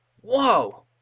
Whoa